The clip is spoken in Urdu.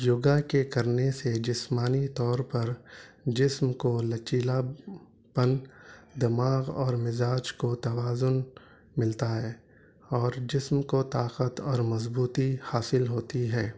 یوگا کے کرنے سے جسمانى طور پر جسم كو نچيلا پن دماغ اور مزاج كو توازن ملتا ہے اور جسم کو طاقت اور مضبوطى حاصل ہوتی ہے